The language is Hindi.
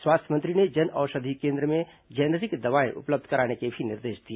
स्वास्थ्य मंत्री ने जनऔषधि केन्द्र में जेनेरिक दवाएं उपलब्ध कराने के भी निर्देश दिए